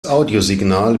audiosignal